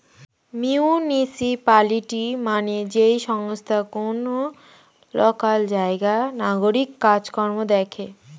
municipality মানে যেই সংস্থা কোন লোকাল জায়গার নাগরিক কাজ কর্ম দেখে